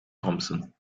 thompson